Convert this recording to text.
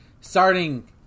Starting